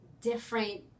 different